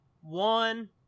one